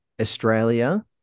Australia